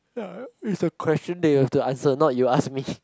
is the question that you have to answer not you ask me